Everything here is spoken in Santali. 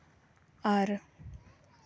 ᱟᱨ